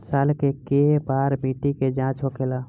साल मे केए बार मिट्टी के जाँच होखेला?